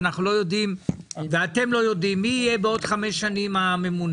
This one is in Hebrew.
אנחנו לא יודעים ואתם לא יודעים מי יהיה בעוד חמש שנים הממונה.